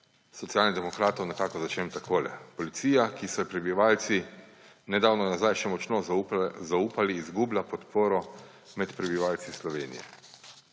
Socialnih demokratov nekako začnem takole. Policija, ki so ji prebivalci nedavno nazaj še močno zaupali, izgublja podporo med prebivalci Slovenije.